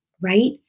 right